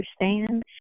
understand